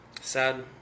sad